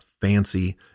fancy